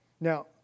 Now